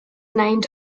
named